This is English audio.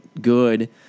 good